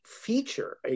feature